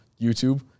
YouTube